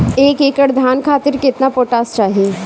एक एकड़ धान खातिर केतना पोटाश चाही?